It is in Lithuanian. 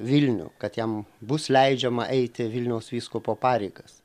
vilnių kad jam bus leidžiama eiti vilniaus vyskupo pareigas